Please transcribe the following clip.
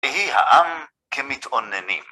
ויהי העם כמתאננים